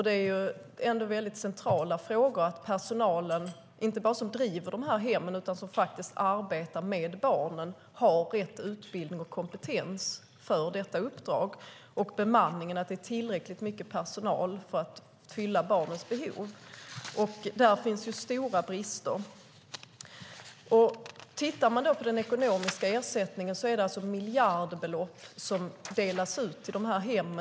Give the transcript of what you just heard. Det är ju väldigt centralt att personalen, inte bara de som driver hemmen utan också de som faktiskt arbetar med barnen, har rätt utbildning och kompetens för det uppdraget liksom att bemanningen är tillräcklig för att fylla barnens behov. Där finns stora brister. Det är miljardbelopp som delas ut i ekonomisk ersättning till dessa hem.